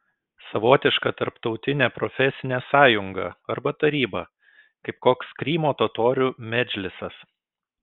savotiška tarptautinė profesinė sąjunga arba taryba kaip koks krymo totorių medžlisas